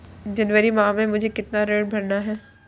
जनवरी माह में मुझे कितना ऋण भरना है?